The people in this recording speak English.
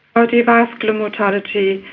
cardiovascular mortality,